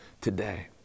today